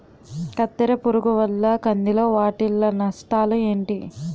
కత్తెర పురుగు వల్ల కంది లో వాటిల్ల నష్టాలు ఏంటి